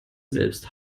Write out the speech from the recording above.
selbst